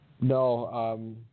No